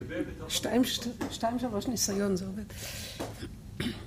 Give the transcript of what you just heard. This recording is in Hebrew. שתיים, שתיים שלוש נסיון, זה עובד